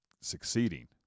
succeeding